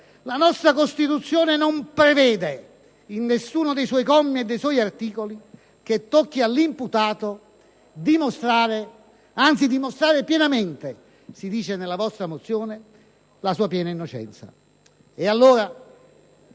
la nostra Costituzione non prevede in nessuno dei suoi commi e articoli che tocchi all'imputato dimostrare pienamente - come si dice nella vostra mozione - la sua piena innocenza.